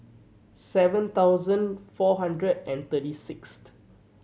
seven thousand four hundred and thirty sixth